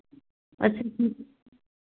अच्छा